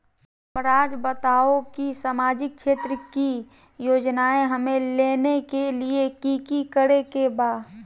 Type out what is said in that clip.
हमराज़ बताओ कि सामाजिक क्षेत्र की योजनाएं हमें लेने के लिए कि कि करे के बा?